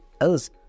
else